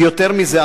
ויותר מזה,